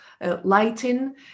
lighting